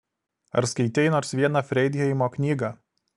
ar skaitei nors vieną freidheimo knygą